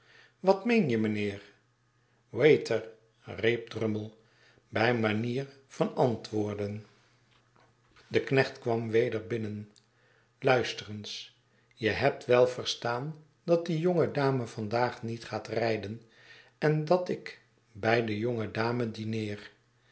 wat meen je mijnheer waiter riep drummle bij manier van antwoorden de knecht kwam weder binnen luister eens je hebt wel verstaan dat die jonge dame vandaag niet gaat rijden en dat ik bij de jonge dame dineer